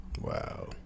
wow